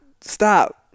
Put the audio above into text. Stop